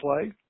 play